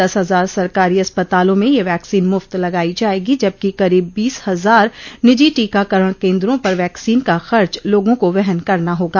दस हजार सरकारी अस्पतालों में यह वैक्सीन मुफ्त लगायी जाएगी जबकि करीब बीस हजार निजी टीकाकरण केन्द्रों पर वैक्सीन का खर्च लोगों को वहन करना होगा